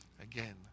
again